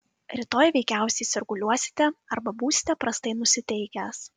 rytoj veikiausiai sirguliuosite arba būsite prastai nusiteikęs